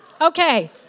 Okay